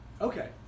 Okay